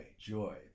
joy